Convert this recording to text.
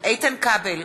איתן כבל,